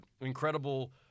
incredible –